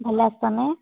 ভালে আছানে